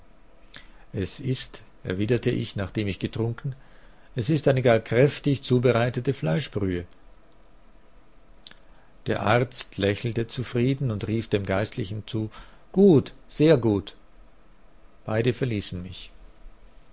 es ist erwiderte ich nachdem ich getrunken es ist eine gar kräftig zubereitete fleischbrühe der arzt lächelte zufrieden und rief dem geistlichen zu gut sehr gut beide verließen mich